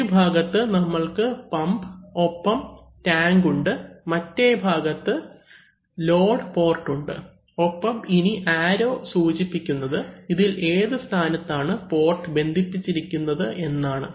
ഒരുഭാഗത്ത് നമ്മൾക്ക് പമ്പ് ഒപ്പം ടാങ്ക് ഉണ്ട് മറ്റേ ഭാഗത്ത് ലോഡ് പോർട്ട് ഉണ്ട് ഒപ്പം ഇനി ആരോ സൂചിപ്പിക്കുന്നത് ഇതിൽ ഏതു സ്ഥാനത്താണ് പോർട്ട് ബന്ധിപ്പിച്ചിരിക്കുന്നത് എന്നാണ്